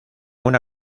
una